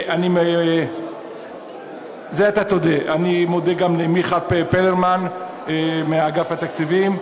אני מודה גם למיכה פרלמן מאגף התקציבים,